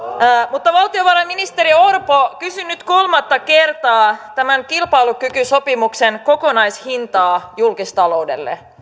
mutta valtiovarainministeri orpo kysyn nyt kolmatta kertaa tämän kilpailukykysopimuksen kokonaishintaa julkistaloudelle